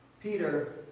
Peter